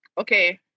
Okay